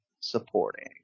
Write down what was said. supporting